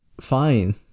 fine